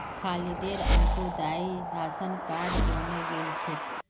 खालिदेर Antyodaya ration card बने गेल छेक